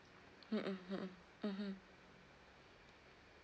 hmm mm hmm mm mmhmm